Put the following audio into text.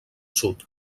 sud